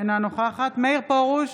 אינה נוכחת מאיר פרוש,